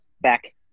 back